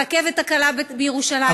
הרכבת הקלה בירושלים,